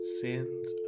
sins